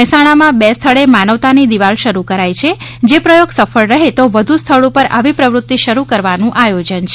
મહેસાજ્ઞામાં બે સ્થળે માનવતાની દિવાલ શરૂ કરાઇ છે જે પ્રયોગ સફળ રહે તો વ્ધું સ્થળ ઉપર આવી પ્રવ્રત્તિ શરૂ કરવાનું આયોજન છે